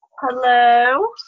hello